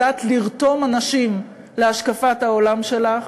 יודעת לרתום אנשים להשקפת העולם שלך,